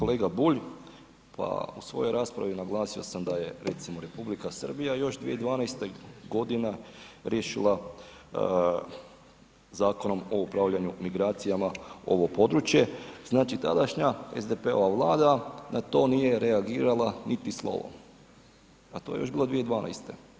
Kolega Bulj, pa u svojoj raspravi naglasio sam da je recimo Republika Srbija još 2012. g. riješila Zakonom o upravljanju migracijama ovo područjem znači tadašnja SDP-ova Vlada na to nije reagirala niti slovo a to je još bilo 2012.